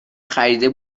خریده